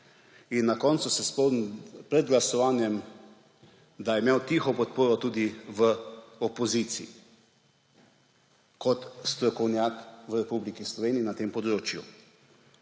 in na koncu se spomnim pred glasovanjem, da je imel tiho podporo tudi v opoziciji kot strokovnjak v Republiki Sloveniji na tem področju.